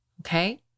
okay